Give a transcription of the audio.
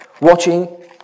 watching